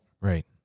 Right